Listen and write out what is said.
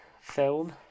film